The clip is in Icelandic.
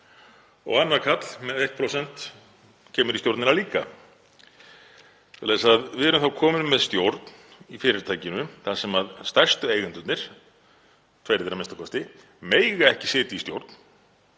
og annar karl með 1% kemur í stjórnina líka. Við erum þá komin með stjórn í fyrirtækinu þar sem stærstu eigendurnir, tveir þeirra a.m.k., mega ekki sitja í stjórn